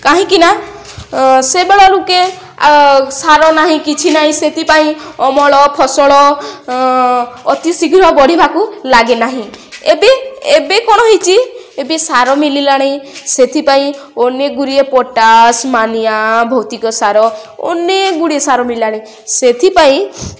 କାହିଁକି ନା ସେବର ଲୁକେ ସାର ନାହିଁ କିଛି ନାହିଁ ସେଥିପାଇଁ ଅମଳ ଫସଲ ଅତି ଶୀଘ୍ର ବଢ଼ିବାକୁ ଲାଗେ ନାହିଁ ଏବେ ଏବେ କ'ଣ ହେଇଚି ଏବେ ସାର ମିଲିଲାଣି ସେଥିପାଇଁ ଅନେକଗୁଡ଼ିଏ ପୋଟାସ୍ ମାନିଆ ଭୌତିକ ସାର ଅନେକଗୁଡ଼ିଏ ସାର ମିଳିଲାଣି ସେଥିପାଇଁ